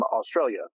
Australia